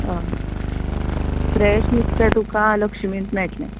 हय फ्रॅश नुस्तें तुका लक्ष्मीत मेळट्लें